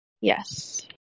Yes